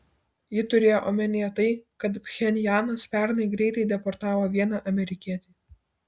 ji turėjo omenyje tai kad pchenjanas pernai greitai deportavo vieną amerikietį